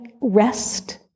rest